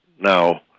Now